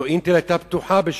הרי "אינטל" היה פתוח בשבת.